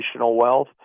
wealth